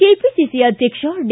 KPCC ಅಧ್ಯಕ್ಷ D